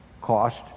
cost